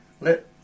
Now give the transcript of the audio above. let